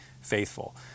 faithful